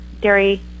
dairy